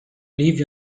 leave